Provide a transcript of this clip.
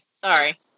sorry